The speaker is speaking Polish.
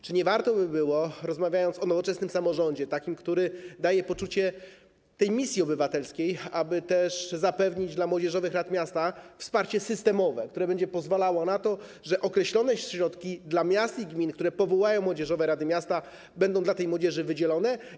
Czy nie warto by było, rozmawiając o nowoczesnym samorządzie, takim który daje poczucie misji obywatelskiej, zapewnić młodzieżowym radom miasta wsparcie systemowe, które będzie pozwalało na to, żeby określone środki dla miast i gmin, które powołają młodzieżowe rady miasta, były dla tej młodzieży wydzielone.